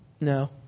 No